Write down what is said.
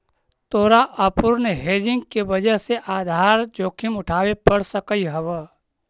तोरा अपूर्ण हेजिंग के वजह से आधार जोखिम उठावे पड़ सकऽ हवऽ